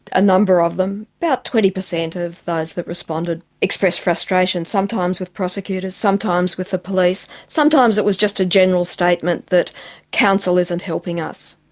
a number of them, about twenty percent of those that responded expressed frustration, sometimes with prosecutors, sometimes with the police, sometimes it was just a general statement that council isn't helping us.